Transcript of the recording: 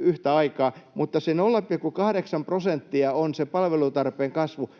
yhtä aikaa, mutta se 0,8 prosenttia on se palvelutarpeen kasvu.